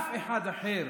אף אחד אחר